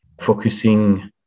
focusing